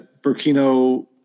Burkina